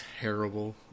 terrible